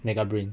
megabrain